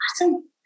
Awesome